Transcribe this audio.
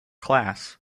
class